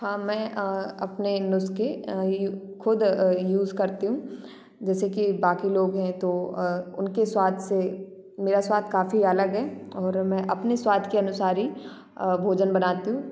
हाँ मैं अ अपने नुस्खे अ यू खुद अ यूज़ करती हूँ जैसे कि बाकी लोग हैं तो अ उनके स्वाद से मेरा स्वाद काफ़ी अलग है और मैं अपने स्वाद के अनुसार ही अ भोजन बनाती हूँ